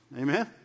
Amen